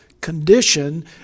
condition